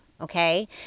okay